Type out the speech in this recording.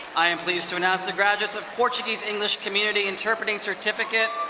i am pleased to announce the graduates of portuguese english community interpreting certificate.